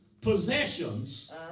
possessions